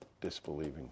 disbelieving